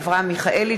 אברהם מיכאלי,